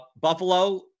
Buffalo